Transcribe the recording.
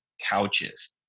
couches